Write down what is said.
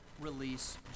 release